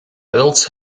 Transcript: adults